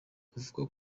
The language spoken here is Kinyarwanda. kuvugwa